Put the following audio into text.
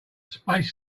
space